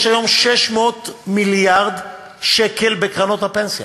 יש היום 600 מיליארד שקל בקרנות הפנסיה.